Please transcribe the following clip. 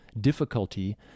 difficulty